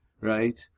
right